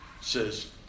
says